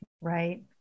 Right